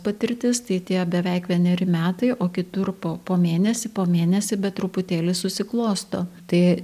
patirtis tai tie beveik vieneri metai o kitur po po mėnesį po mėnesį bet truputėlį susiklosto tai